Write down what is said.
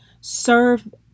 serve